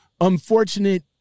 unfortunate